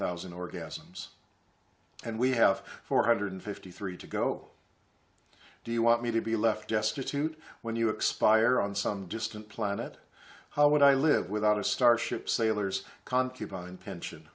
thousand orgasms and we have four hundred fifty three to go do you want me to be left destitute when you expire on some distant planet how would i live without a starship sailor's concubine pension